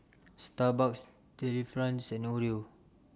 Starbucks Delifrance and Oreo